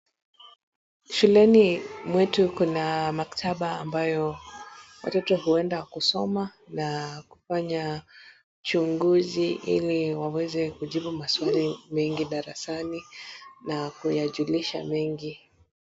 Shuleni mwetu kuna maktaba ambayo watoto huenda kusoma na kufanya uchunguzi ili waweze kujibu maswali mengi darasani na kuyajulisha mengi.